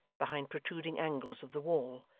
behind protruding angles of the wall,